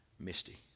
Misty